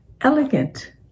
elegant